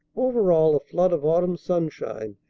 over all a flood of autumn sunshine,